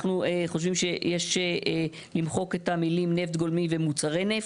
אנחנו חושבים שיש למחוק את המילים "נפט גולמי ומוצרי נפט"